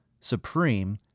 supreme